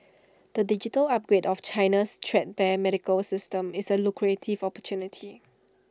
the digital upgrade of China's threadbare medical system is A lucrative opportunity